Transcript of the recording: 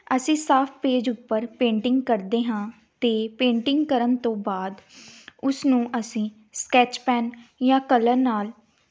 ਅਸੀਂ ਸਾਫ ਪੇਜ ਉੱਪਰ ਪੇਂਟਿੰਗ ਕਰਦੇ ਹਾਂ ਅਤੇ ਪੇਂਟਿੰਗ ਕਰਨ ਤੋਂ ਬਾਅਦ ਉਸਨੂੰ ਅਸੀਂ ਸਕੈਚ ਪੈਨ ਜਾਂ ਕਲਰ ਨਾਲ